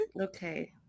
Okay